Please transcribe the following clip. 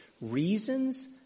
reasons